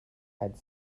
had